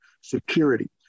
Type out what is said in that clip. security